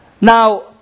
Now